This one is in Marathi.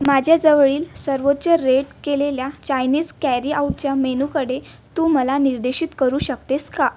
माझ्याजवळील सर्वोच्च रेट केलेल्या चायनीस कॅरी आऊटच्या मेनूकडे तू मला निर्देशित करू शकतेस का